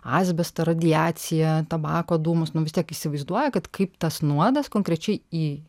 asbestą radiaciją tabako dūmus nu vis tiek įsivaizduoja kad kaip tas nuodas konkrečiai į